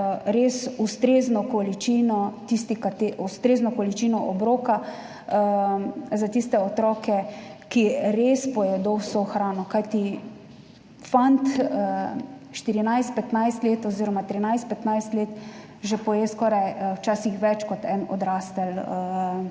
res ustrezno količino obroka, za tiste otroke, ki res pojedo vso hrano. Kajti fant, 14, 15 let oziroma 13, 15 let, že poje včasih skoraj več kot odrasla